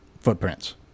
footprints